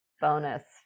Bonus